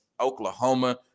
Oklahoma